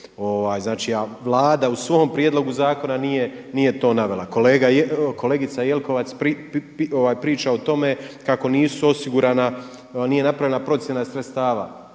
Znači, a Vlada u svom prijedlogu zakona nije to navela. Kolegica Jelkovac priča o tome kako nisu osigurana, nije napravljena procjena sredstava.